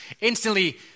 instantly